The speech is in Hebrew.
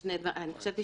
אני חשבתי